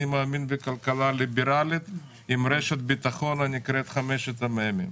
אני מאמין בכלכלה ליברלית עם רשת ביטחון שנקראת חמשת המ"מים.